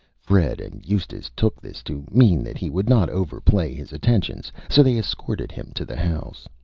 fred and eustace took this to mean that he would not overplay his attentions, so they escorted him to the house.